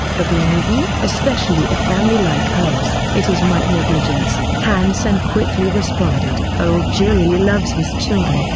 for being with you? especially a family like hers. it is my negligence, han sen quickly responded. old ji really loves his children,